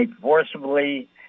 Forcibly